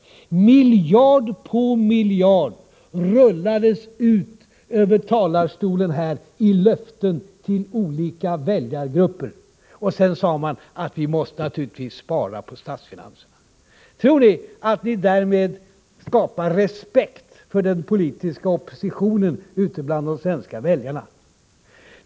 Miljard på miljard rullades ut över talarstolen i löften till olika väljargrupper. Sedan sade man: Vi måste naturligtvis spara på statsfinanserna. Tror ni att ni därmed skapar respekt för den politiska oppositionen ute bland de svenska väljarna?